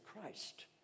Christ